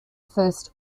first